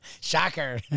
shocker